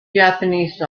japanese